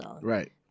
Right